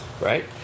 right